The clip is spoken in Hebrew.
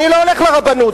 אני לא הולך לרבנות,